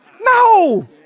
no